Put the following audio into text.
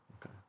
Okay